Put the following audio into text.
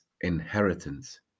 inheritance